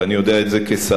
ואני יודע את זה כשר,